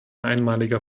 einmaliger